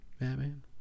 Batman